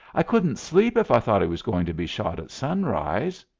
i couldn't sleep if i thought he was going to be shot at sunrise.